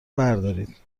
بردارید